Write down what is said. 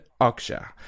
Aksha